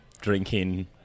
drinking